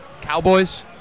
Cowboys